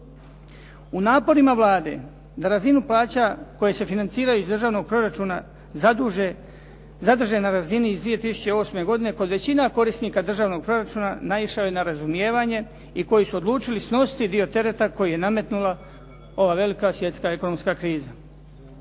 U naporima Vlade da razinu plaća koje se financiraju iz državnog proračuna zadrže na razini iz 2008. godine kod većina korisnika državnog proračuna naišao je na razumijevanje i koji su odlučili snositi dio tereta koji je nametnula ova velika svjetska ekonomska kriza.